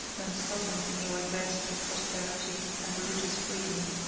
when scotland enjoyed rest, prosperity, and religious freedom,